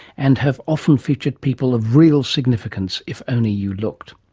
and have often featured people of real significance if only you looked.